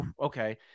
Okay